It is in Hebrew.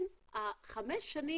אני עוסק בעיקר בגנטיקה של סרטן,